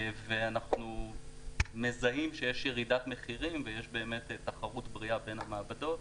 ואנחנו מזהים שיש ירידת מחירים ויש תחרות בריאה בין המעבדות.